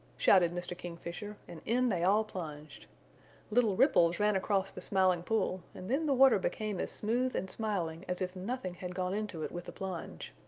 shouted mr. kingfisher, and in they all plunged little ripples ran across the smiling pool and then the water became as smooth and smiling as if nothing had gone into it with a plunge.